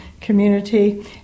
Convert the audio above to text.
community